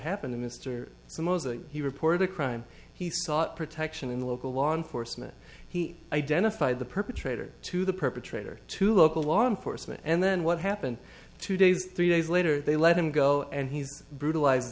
happened to mr somoza he reported a crime he sought protection in the local law enforcement he identified the perpetrator to the perpetrator to local law enforcement and then what happened two days three days later they let him go and he's brutalize